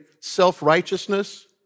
self-righteousness